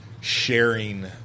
sharing